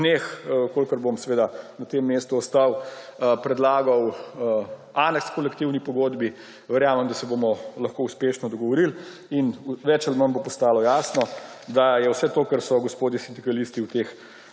dneh, če bom seveda na tem mestu ostal, predlagal aneks h kolektivni pogodbi. Verjamem, da se bomo lahko uspešno dogovorili. In več ali manj bo postalo jasno, da vse to, kar so gospodje sindikalisti v tem